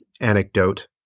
anecdote